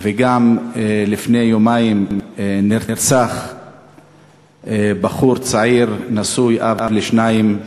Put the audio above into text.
גם לפני יומיים נרצח בחור צעיר, נשוי, אב לשניים,